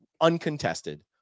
uncontested